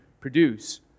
produce